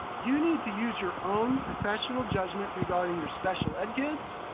you need to use your own professional judgment regarding your special ed kids,